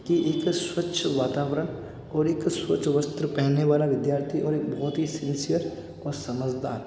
कि एक स्वच्छ वातावरण और एक स्वच्छ वस्त्र पहनने वाला विद्यार्थी और एक बहुत ही सिन्सियर और समझदार